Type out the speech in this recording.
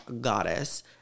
goddess